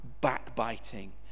backbiting